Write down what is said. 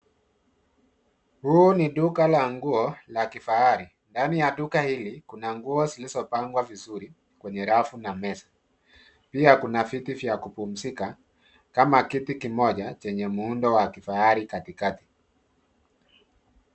Huu ni duka la nguo la kifahari. Ndani ya duka hili kuna nguo zilizo pangwa vizuri kwenye rafu na meza. Pia kuna viti vya kupumzika kama kitu kimoja chenye muundo wa kifahari katikati.